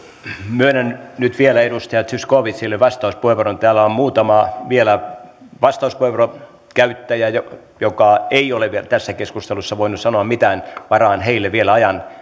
myönnän nyt vielä edustaja zyskowiczille vastauspuheenvuoron täällä on vielä muutama vastauspuheenvuoron käyttäjä joka ei ole vielä tässä keskustelussa voinut sanoa mitään varaan heille vielä ajan